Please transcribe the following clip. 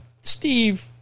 Steve